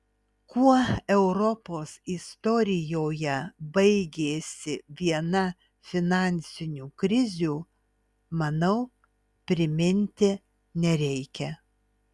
kuo europos istorijoje baigėsi viena finansinių krizių manau priminti nereikia